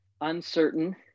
uncertain